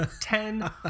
Ten